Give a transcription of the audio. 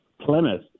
Plymouth